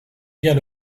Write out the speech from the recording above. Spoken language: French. vient